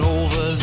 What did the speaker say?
over